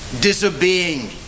disobeying